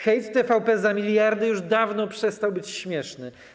Hejt TVP za miliardy już dawno przestał być śmieszny.